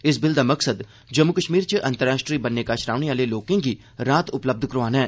इस बिल दा मकसद जम्मू कश्मीर च अंतर्राश्ट्री बन्ने कश रौहने आले लोकें गी राह्त उपलब्ध करोआना ऐ